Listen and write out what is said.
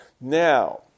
Now